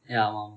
ya ஆமா:aamaa